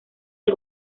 del